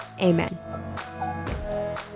Amen